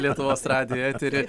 lietuvos radijo eteryje